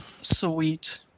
Sweet